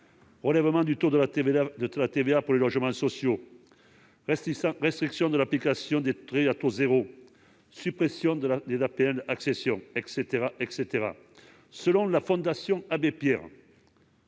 relèvement du taux de TVA pour les logements sociaux, restriction du champ d'application des prêts à taux zéro, suppression de l'APL accession, etc. Selon la Fondation Abbé Pierre,